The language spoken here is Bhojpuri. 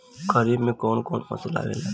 खरीफ में कौन कौन फसल आवेला?